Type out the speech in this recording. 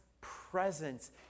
presence